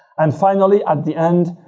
and finally, at the end,